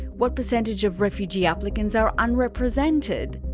what percentage of refugee applicants are unrepresented?